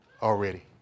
Already